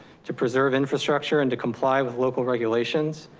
to preserve infrastructure and to comply with local regulations.